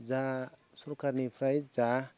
जा सोरकारनिफ्राय जा